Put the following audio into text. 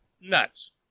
nuts